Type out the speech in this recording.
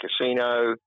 Casino